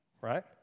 right